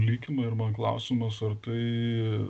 likę ir man klausimas ar tai